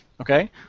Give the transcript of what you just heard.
Okay